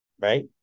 right